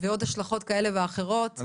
ועוד השלכות כאלה ואחרות --- אני